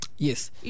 Yes